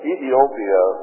Ethiopia